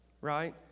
right